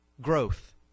growth